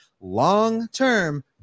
long-term